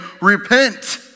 repent